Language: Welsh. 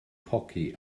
hoci